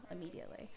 immediately